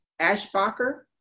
Ashbacher